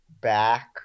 back